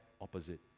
opposite